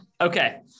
okay